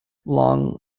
long